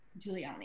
Giuliani